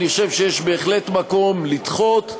אני חושב שיש בהחלט מקום לדחות,